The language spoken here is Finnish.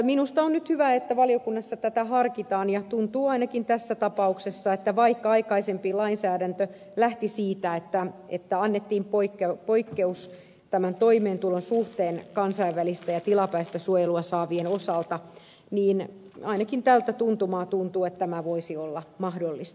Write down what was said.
minusta on nyt hyvä että valiokunnassa tätä harkitaan ja tuntuu ainakin tässä tapauksessa että vaikka aikaisempi lainsäädäntö lähti siitä että annettiin poikkeus tämän toimeentulon suhteen kansainvälistä ja tilapäistä suojelua saavien osalta niin ainakin tältä tuntumalta tuntuu että tämä voisi olla mahdollista